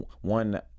one